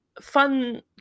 fun